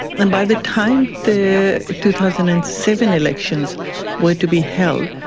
and by the time the two thousand and seven elections were to be held,